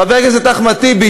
חבר הכנסת אחמד טיבי,